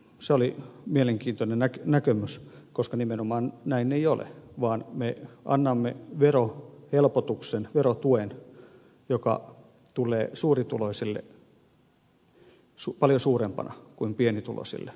se oli mielenkiintoinen näkemys koska nimenomaan näin ei ole vaan me annamme verohelpotuksen verotuen joka tulee suurituloisille paljon suurempana kuin pienituloisille